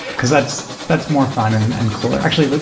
because that's that's more fun and and cooler. actually,